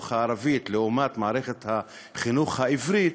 הערבית לעומת מערכת החינוך העברית,